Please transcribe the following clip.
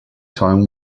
time